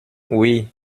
oui